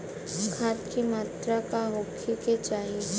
खाध के मात्रा का होखे के चाही?